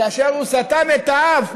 כאשר הוא סתם את האף,